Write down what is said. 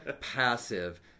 passive